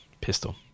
pistol